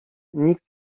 nikt